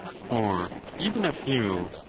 for even a few,